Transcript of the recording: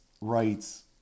rights